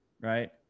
right